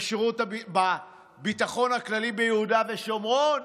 בביטחון הכללי ביהודה ושומרון.